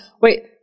wait